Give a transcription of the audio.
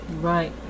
Right